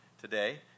today